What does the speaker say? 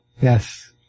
Yes